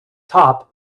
top